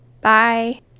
bye